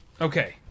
okay